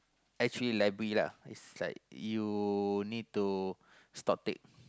actually library lah is like you need to stock take